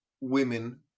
women